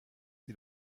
sie